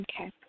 Okay